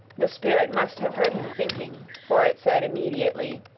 the spirit must have heard him thinking, for it said immediately